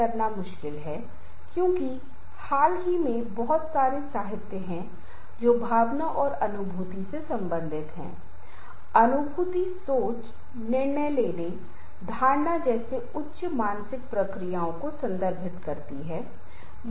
अंतर्राष्ट्रीय संघर्ष हमेशा होता है क्योंकि हम जानते हैं कि कई देशों में सीमा मुद्दे सीमा समस्याएँ हैं और वे अक्सर बैठकें करते हैं और फिर एक बैठक को दूसरी बैठक के लिए स्थगित कर दिया जाता है